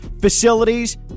facilities